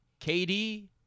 KD